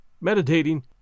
meditating